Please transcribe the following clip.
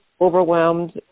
overwhelmed